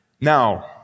Now